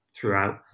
throughout